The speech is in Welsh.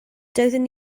doeddwn